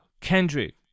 Kendrick